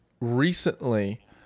recently